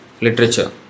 literature